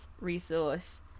resource